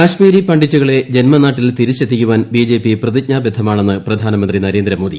കാശ്മീരി പണ്ഡിറ്റുകള്ളൂ ജന്മനാട്ടിൽ തിരിച്ചെത്തിക്കുവാൻ ബി ജെ പി പ്രതിജ്ഞാ ബദ്ധമാണെന്ന് പ്ര്യാന്മന്ത്രി നരേന്ദ്രമോദി